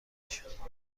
نشد